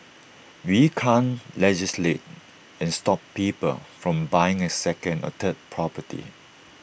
we can't legislate and stop people from buying A second or third property